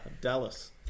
Dallas